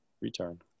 Return